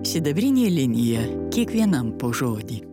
sidabrinė linija kiekvienam po žodį